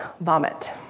vomit